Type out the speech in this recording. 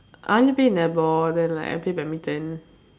I only play netball then like I play badminton